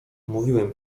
mówiłem